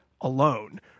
alone